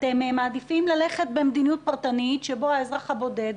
שאתם מעדיפים ללכת במדיניות פרטנית שבה האזרח הבודד,